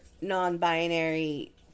Non-binary